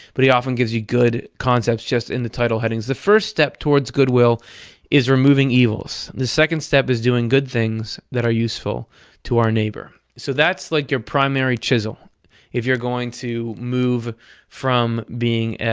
but he often gives you good concepts just in the title headings. the first step toward goodwill is removing evils the second step is doing good things that are useful to our neighbor. so that's like your primary chisel if you're going to move from being,